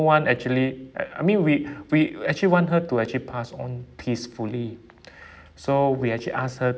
one actually I I mean we we actually want her to actually pass on peacefully so we actually ask her